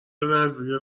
نذریه